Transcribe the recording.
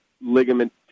ligament